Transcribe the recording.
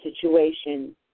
situation